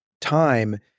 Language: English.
time